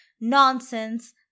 nonsense